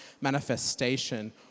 manifestation